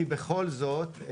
כי בכל זאת,